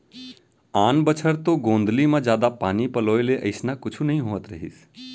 आन बछर तो गोंदली म जादा पानी पलोय ले अइसना कुछु नइ होवत रहिस